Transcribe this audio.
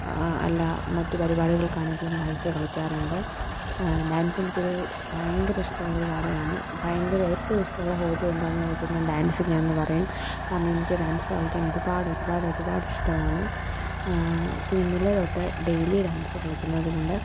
അല്ല മറ്റു പരിപാടികൾക്കാണെങ്കിലും ഡാൻസ് കളിക്കാറുണ്ട് ഡാൻസെനിക്കൊരു ഭയങ്കര ഇഷ്ടമുള്ളൊരു കാര്യമാണ് ഭയങ്കര ഏറ്റവും ഇഷ്ടമുള്ളൊരു ഹോബി എന്താണെന്നു വെച്ചുകഴിഞ്ഞാൽ ഡാൻസ് തന്നെയാണെന്ന് പറയും കാരണം എനിക്ക് ഡാൻസ് കളിക്കാൻ ഒരുപാടൊരുപാടൊരുപാടിഷ്ടമാണ് കുഞ്ഞിലേതൊട്ട് ഡെയ്ലി ഡാൻസ് കളിക്കുന്നതുകൊണ്ട്